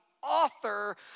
Author